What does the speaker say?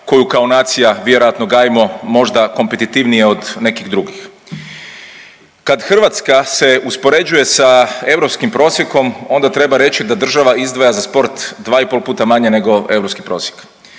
koju kao nacija vjerojatno gajimo, možda kompetitivnije od nekih drugih. Kad Hrvatska se uspoređuje sa europskim prosjekom, onda treba reći da država izdvaja za sport 2,5 puta manje nego europski prosjek.